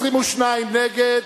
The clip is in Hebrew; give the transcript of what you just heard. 22 נגד.